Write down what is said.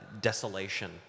desolation